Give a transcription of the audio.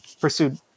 pursued